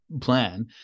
plan